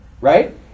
right